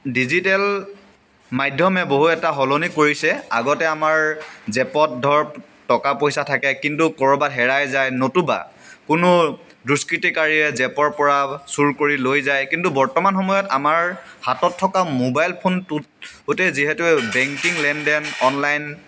digital মাধ্যমে বহু এটা সলনি কৰিছে আগতে আমাৰ জেপত ধৰক টকা পইচা থাকে কিন্তু ক'ৰবাত হেৰাই যায় নতুবা কোনো দুস্কৃতিকাৰীয়ে জেপৰ পৰা চুৰ কৰি লৈ যায় কিন্তু বৰ্তমান সময়ত আমাৰ হাতত থকা মোবাইল ফোনটোত গোটেই যিহেতু বেংকিং লেনদেন অনলাইন